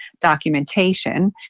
documentation